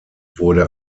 wurde